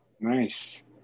Nice